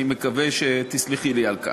אני מקווה שתסלחי לי על כך.